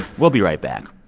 we'll be right back.